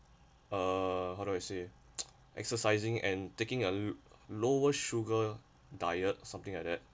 uh how do I say exercising and taking a lower sugar diet or something like that